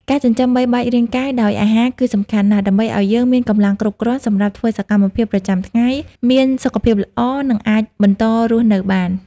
ការចិញ្ចឹមបីបាច់រាងកាយដោយអាហារគឺសំខាន់ណាស់ ដើម្បីឱ្យយើងមានកម្លាំងគ្រប់គ្រាន់សម្រាប់ធ្វើសកម្មភាពប្រចាំថ្ងៃ មានសុខភាពល្អ និងអាចបន្តរស់នៅបាន។